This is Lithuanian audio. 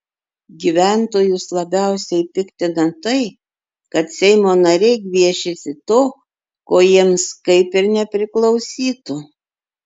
gyventojus labiausiai piktina tai kad seimo nariai gviešiasi to ko jiems kaip ir nepriklausytų